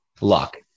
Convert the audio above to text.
luck